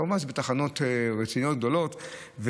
כמובן שזה בתחנות רציניות וגדולות,